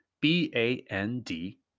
B-A-N-D